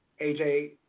AJ